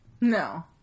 No